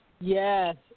Yes